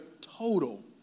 total